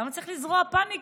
למה צריך לזרוע פניקה?